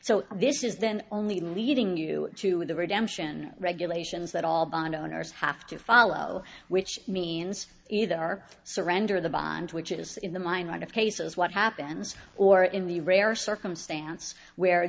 is then only leading you to the redemption regulations that all bond owners have to follow which means either are surrender the bond which is in the mind of cases what happens or in the rare circumstance where